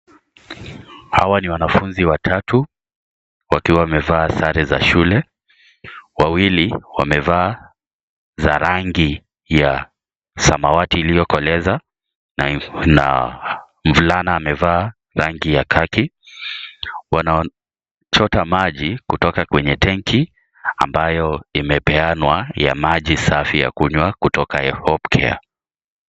Hawa ni wanafunzi watatu wakiwa wamevaa sare za shule. Wawili wamevaa za rangi ya samawati iliyokoleza, na mvulana amevaa rangi ya kaki. Wanachota maji kutoka kwenye tenki, ambayo imepeanwa ya maji safi ya kunywa kutoka "Help Hope Care."